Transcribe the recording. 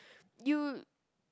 you